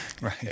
Right